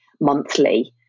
monthly